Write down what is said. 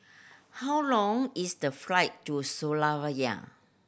how long is the flight to